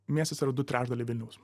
miestas yra du trečdaliai vilniaus